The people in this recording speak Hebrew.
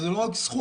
זאת לא רק זכות,